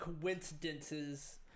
coincidences